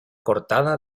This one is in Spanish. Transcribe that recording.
cortada